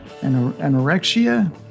anorexia